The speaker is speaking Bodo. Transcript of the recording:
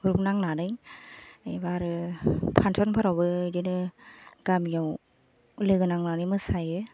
रुफ नांनानै बेनिफाय आरो फानसनफोरावबो एदिनो गामिआव लोगो नांनानै मोसायो